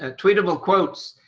ah tweetable quotes.